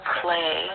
play